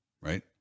right